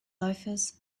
loafers